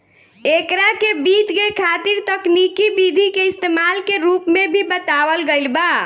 एकरा के वित्त के खातिर तकनिकी विधि के इस्तमाल के रूप में भी बतावल गईल बा